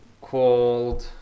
called